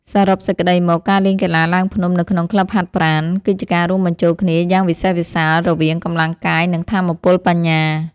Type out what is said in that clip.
សរុបសេចក្ដីមក ការលេងកីឡាឡើងភ្នំនៅក្នុងក្លឹបហាត់ប្រាណ គឺជាការរួមបញ្ចូលគ្នាយ៉ាងវិសេសវិសាលរវាង កម្លាំងកាយ និងថាមពលបញ្ញា។